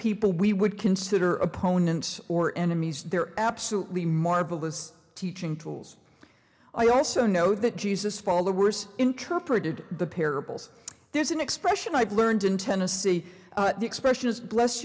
people we would consider opponents or enemies they're absolutely marvelous teaching tools i also know that jesus followers interpreted the parables there's an expression i've learned in tennessee the expression is bless